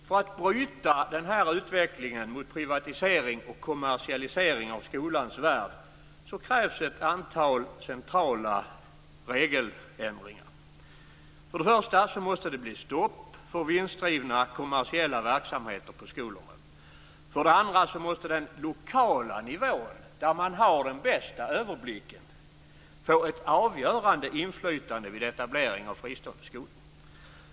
För att bryta den här utvecklingen mot privatisering och kommersialisering av skolans värld krävs ett antal centrala regeländringar: För det första måste det bli stopp för vinstdrivna kommersiella verksamheter på skolområdet. För det andra måste den lokala nivån, där man har den bästa överblicken, få ett avgörande inflytande vid etablering av fristående skolor.